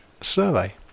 survey